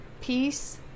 peace